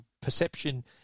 perception